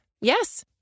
Yes